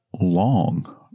long